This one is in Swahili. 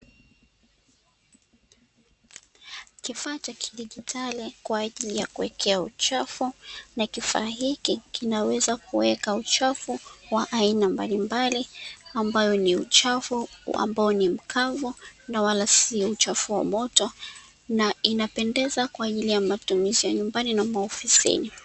Kifaa cha kidigitali kwa ajili ya kuwekea uchafu, na kifaa hiki kinaweza kuweka uchafu wa aina mbalimbali, ambao ni uchafu ambao ni mkavu, na wala si uchafu wa moto na ina pendeza kwa ajili ya matumizi ya nyumbani na ofisini.